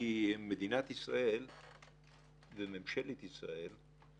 כי מדינת ישראל וממשלת ישראל,